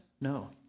No